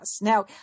Now